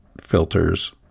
filters